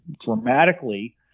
dramatically